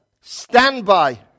standby